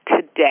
today